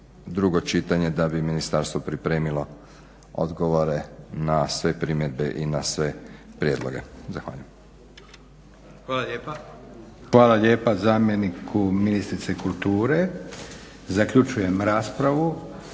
drugo čitanje da bi ministarstvo pripremilo odgovore na sve primjedbe i na sve prijedloge. Zahvaljujem. **Leko, Josip (SDP)** Hvala lijepa zamjeniku ministrice kulture. Zaključujem raspravu.